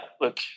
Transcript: look